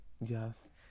Yes